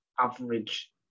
average